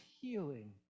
healing